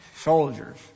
soldiers